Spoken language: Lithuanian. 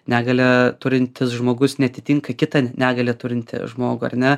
negalią turintis žmogus neatitinka kitą negalią turintį žmogų ar ne